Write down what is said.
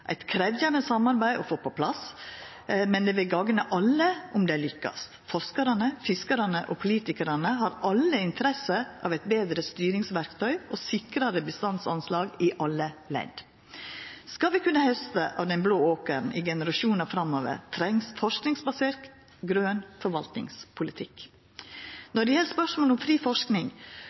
Eit krevjande samarbeid å få på plass, men det vil gagna alle om det lykkast. Forskarane, fiskarane og politikarane har alle interesse av eit betre styringsverktøy og sikrare bestandsanslag i alle ledd. Skal vi kunna hausta av den blå åkeren i generasjonar framover, treng ein forskingsbasert grøn forvaltingspolitikk. Når det gjeld spørsmålet om fri forsking,